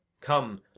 Come